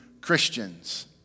Christians